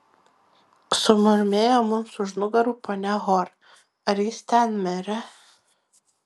sumurmėjo mums už nugarų ponia hor ar jis ten mere